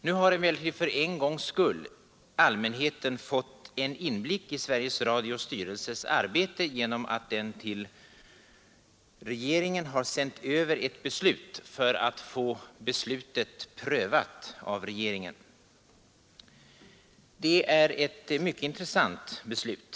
Nu har emellertid allmänheten för en gångs skull fått inblick i Sveriges Radios styrelses arbete genom att styrelsen har sänt över ett beslut till regeringen för att få det prövat. Det är ett mycket intressant beslut.